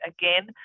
again